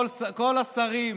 כל השרים,